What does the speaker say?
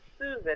Susan